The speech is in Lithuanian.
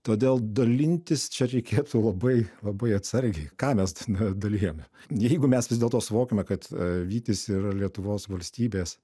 todėl dalintis čia reikėtų labai labai atsargiai ką mes dalijame jeigu mes vis dėlto suvokiame kad vytis yra lietuvos valstybės